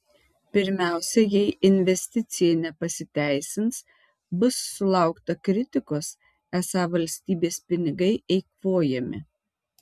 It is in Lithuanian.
pirmiausia jei investicija nepasiteisins bus sulaukta kritikos esą valstybės pinigai eikvojami